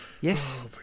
yes